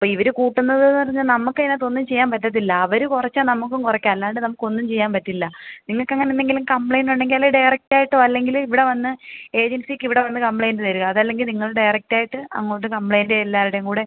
അപ്പോൾ ഇവര് കൂട്ടുന്നത് പറഞ്ഞാൽ നമുക്ക് അതിനകത്തൊന്നും ചെയ്യാന് പറ്റത്തില്ല അവര് കുറച്ചാൽ നമുക്കും കുറയ്ക്കാം അല്ലാണ്ട് നമുക്കൊന്നും ചെയ്യാൻ പറ്റില്ല നിങ്ങൾക്ക് അങ്ങനെ എന്തെങ്കിലും കംപ്ലയിൻറ് ഉണ്ടെങ്കിൽ ഡയറക്റ്റായിട്ടോ അല്ലെങ്കില് ഇവിടെ വന്ന് ഏജൻസിക്കിവിടെ വന്ന് കംപ്ലയിൻറ്റ് തരിക അതല്ലെങ്കിൽ നിങ്ങള് ഡയറക്റ്റായിട്ട് അങ്ങോട്ട് കംപ്ലയിൻ്റെ എല്ലാവരുടെയും കൂടെ